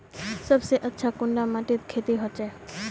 सबसे अच्छा कुंडा माटित खेती होचे?